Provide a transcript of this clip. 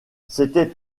c’était